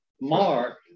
Mark